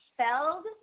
spelled